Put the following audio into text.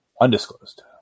Undisclosed